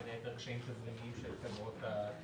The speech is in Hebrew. בין היתר קשיים תזרימיים של חברות התעופה.